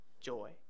joy